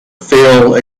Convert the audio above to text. field